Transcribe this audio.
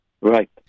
Right